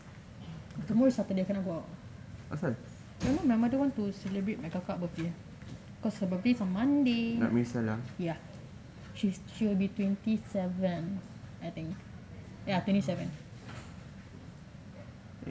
tomorrow saturday cannot go out don't know my mom want to celebrate my kakak birthday because her birthday is on monday ya she will be twenty seven I think ya twenty seven